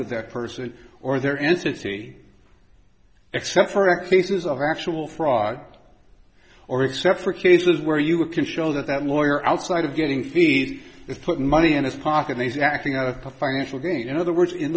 with that person or their entity except for a cases of actual fraud or except for cases where you can show that that lawyer outside of getting feed is putting money in his pocket he's acting out of a financial gain in other words in